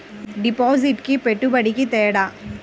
డిపాజిట్కి పెట్టుబడికి తేడా?